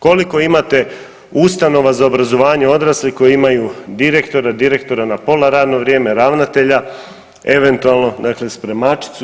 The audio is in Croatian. Koliko imate ustanova za obrazovanje odraslih koje imaju direktora, direktora na pola radno vrijeme, ravnatelja eventualno, dakle spremačicu.